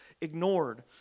ignored